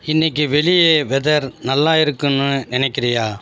இன்னிக்கு வெளிய வெதர் நல்லா இருக்கும்ன்னு நினைக்குறியா